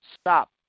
Stop